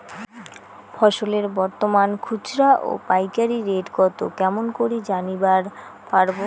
ফসলের বর্তমান খুচরা ও পাইকারি রেট কতো কেমন করি জানিবার পারবো?